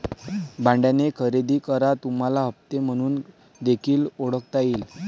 भाड्याने खरेदी करा तुम्हाला हप्ते म्हणून देखील ओळखता येईल